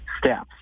steps